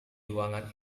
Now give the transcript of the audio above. ruangan